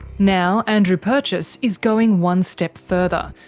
now andrew purchas is going one step further,